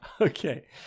Okay